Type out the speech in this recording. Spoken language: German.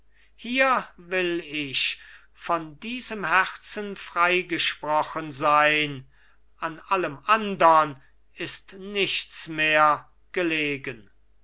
hier will ich von diesem herzen freigesprochen sein an allem andern ist nichts mehr gelegen